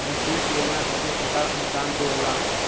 विशेष योजना खातिर सरकार अनुदान देवला